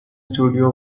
studio